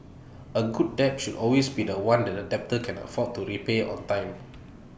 A good debt should always be The One that the debtor can afford to repay on time